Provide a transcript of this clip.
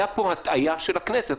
הייתה פה הטעיה של הכנסת.